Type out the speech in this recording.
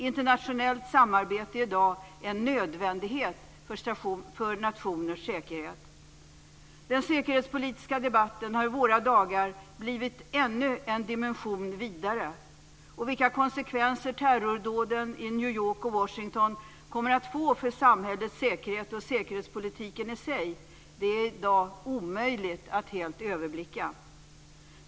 Internationellt samarbete är i dag en nödvändighet för nationers säkerhet. Den säkerhetspolitiska debatten har i våra dagar blivit ännu en dimension vidare. Vilka konsekvenser terrordåden i New York och Washington kommer att få för samhällets säkerhet och säkerhetspolitiken i sig är i dag omöjligt att helt överblicka.